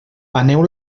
aneu